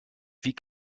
wie